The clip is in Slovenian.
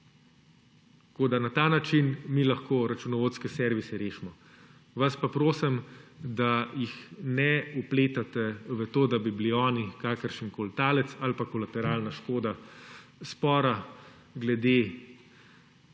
Na ta način mi lahko računovodske servise rešimo. Vas pa prosim, da jih ne vpletate v to, da bi bili oni kakršenkoli talec ali pa kolateralna škoda spora glede